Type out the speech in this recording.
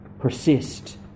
Persist